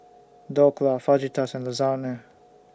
Dhokla Fajitas and Lasagne